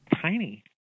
tiny